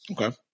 okay